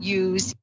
use